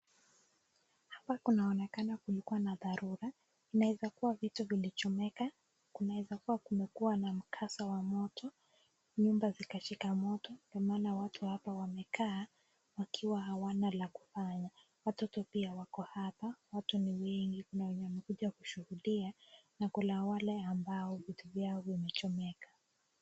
hapa inaonekana kulikuwa dharura, kunaeza kuwa vitu vimechomeka inawezakuwa kulikuwa na mikasa ya moto nyumba zikashika moto ndio maana watu wamekaa wakiwa hawana la kufanya watoto pia wako hapa watu ni wengi kuna wenye wamekuja kushuhudia na kuna wale ambao vitu vyao vimechomeka.